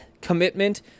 commitment